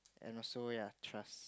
and also ya trust